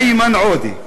איימן עוֹדֶה.